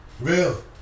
real